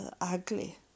ugly